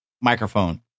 microphone